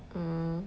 mm